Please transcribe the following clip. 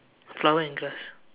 flower and grass